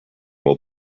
will